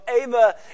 Ava